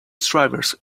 drivers